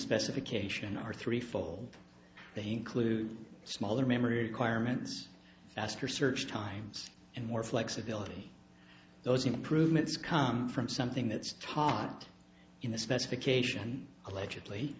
specification are three fold they include smaller memory requirements faster search times and more flexibility those improvements come from something that's taught in the specification allegedly